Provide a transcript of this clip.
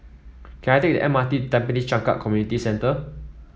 can I take the M R T to Tampines Changkat Community Centre